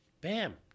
bam